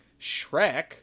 Shrek